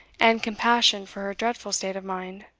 and compassion for her dreadful state of mind.